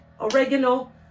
oregano